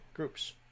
groups